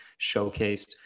showcased